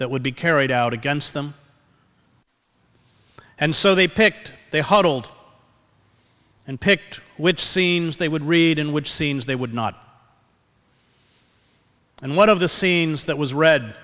that would be carried out against them and so they picked they huddled and picked which scenes they would read in which scenes they would not and one of the scenes that was re